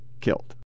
killed